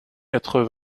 quatre